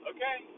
Okay